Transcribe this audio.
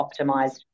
optimized